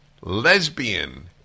lesbian